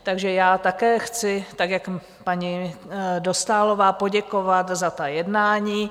Takže já také chci jako paní Dostálová poděkovat za ta jednání.